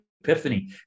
epiphany